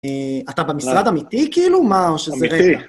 אתה במשרד אמיתי כאילו? מה שזה רגע? אמיתי